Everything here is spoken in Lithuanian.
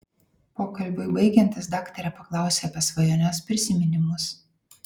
pokalbiui baigiantis daktarė paklausia apie svajones prisiminimus